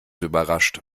überrascht